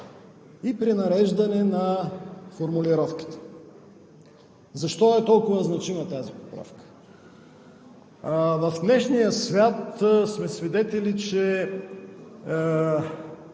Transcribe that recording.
и пренареждане на формулировките. Защо е толкова значима тази поправка? В днешния свят сме свидетели, че